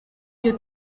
iryo